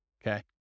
Okay